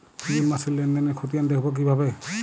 June মাসের লেনদেনের খতিয়ান দেখবো কিভাবে?